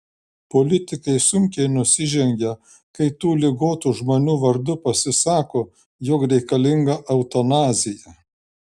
politikai sunkiai nusižengia kai tų ligotų žmonių vardu pasisako jog reikalinga eutanazija